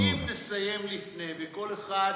אם נסיים לפני וכל אחד